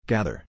Gather